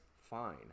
fine